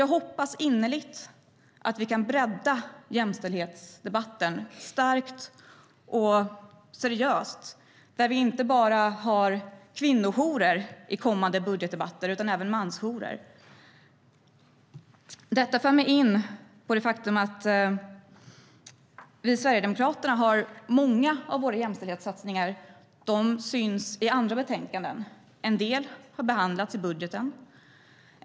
Jag hoppas innerligt att vi kan bredda jämställdhetsdebatten, starkt och seriöst. Vi ska inte bara ha kvinnojourer i kommande budgetdebatter utan även mansjourer. Detta för mig in på det faktum att många av Sverigedemokraternas jämställdhetssatsningar syns i andra betänkanden. En del har behandlats i budgeten.